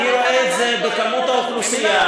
אני רואה את זה בכמות האוכלוסייה.